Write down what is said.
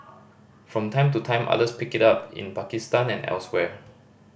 from time to time others pick it up in Pakistan and elsewhere